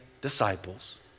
disciples